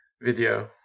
video